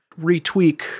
retweak